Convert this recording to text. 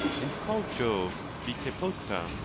and call jove vicepota,